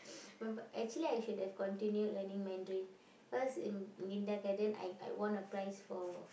but but actually I should have continued learning Mandarin cause in kindergarten I I won a prize for